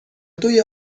دوی